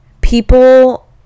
people